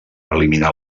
eliminar